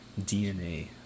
DNA